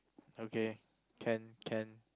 okay can can